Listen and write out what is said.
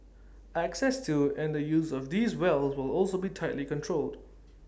access to and the use of these wells will also be tightly controlled